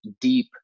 deep